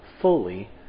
fully